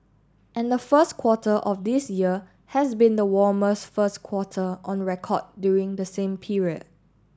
and the first quarter of this year has been the warmest first quarter on record during the same period